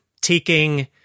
taking